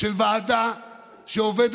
שומעים יופי.